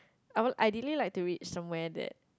I want I delay like to read somewhere that